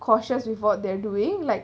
cautious with what they're doing like